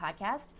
podcast